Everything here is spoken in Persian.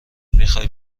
میخای